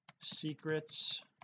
secrets